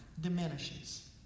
diminishes